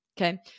Okay